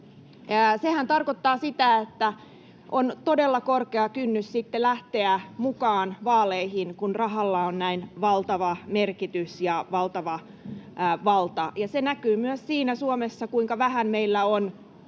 Sehän tarkoittaa sitä, että on todella korkea kynnys sitten lähteä mukaan vaaleihin, kun rahalla on näin valtava merkitys ja valtava valta. Se näkyy Suomessa myös siinä, kuinka vähän meillä on